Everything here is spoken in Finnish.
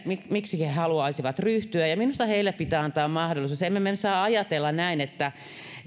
miksi he he haluaisivat ryhtyä ja minusta heille pitää antaa mahdollisuus emme me me saa ajatella näin että